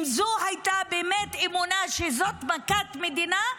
אם זו באמת הייתה אמונה שזאת מכת מדינה,